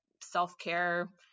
self-care